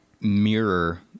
mirror